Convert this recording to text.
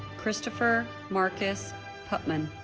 christopher markus putman